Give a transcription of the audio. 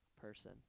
person